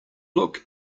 look